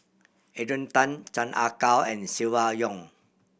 Adrian Tan Chan Ah Kow and Silvia Yong